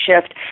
shift